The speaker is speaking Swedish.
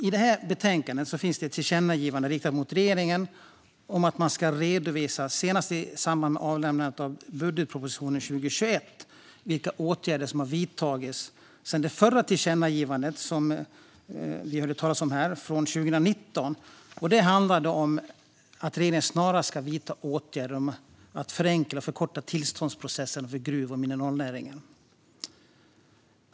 I det här betänkandet finns det ett tillkännagivande riktat till regeringen om att man senast i samband med avlämnandet av budgetpropositionen 2021 ska redovisa vilka åtgärder som har vidtagits sedan det förra tillkännagivandet, som vi hörde talas om här, kom 2019. Det handlade om att regeringen snarast ska vidta åtgärder för att förenkla och förkorta tillståndsprocessen för gruv och mineralnäringen.